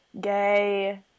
gay